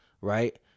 right